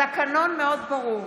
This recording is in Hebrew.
התקנון מאוד ברור.